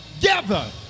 together